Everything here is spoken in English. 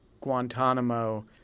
Guantanamo